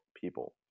people